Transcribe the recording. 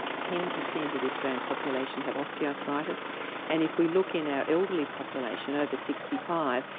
ten percent of the australian population have osteoarthritis and if we look in our elderly population, over sixty five,